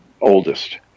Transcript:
oldest